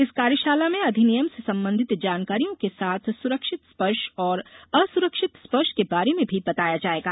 इस कार्यशाला में अधिनियम से संबंधित जानकारियों के साथ सुरक्षित स्पर्श और असुरक्षित स्पर्श के बारे में भी बताया जायेगा